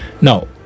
Now